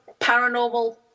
paranormal